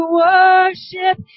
worship